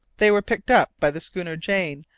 they were picked up by the schooner jane,